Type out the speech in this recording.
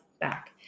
back